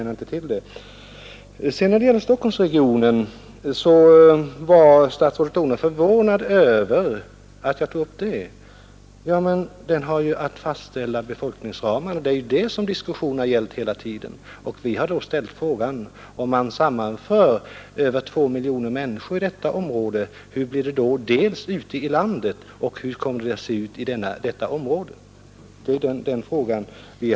När det sedan gäller Stockholmsregionen var statsrådet förvånad över att jag tog upp frågan om regionplanen. Men den innebär ju att man fastställer vissa befolkningsramar, och det är det som diskussionen har gällt hela tiden. Vi har för vår del ställt frågan: Om man sammanför över två miljoner människor i detta område, hur blir det då ute i landet och hur kommer det att se ut i Stockholmsregionen?